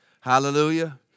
Hallelujah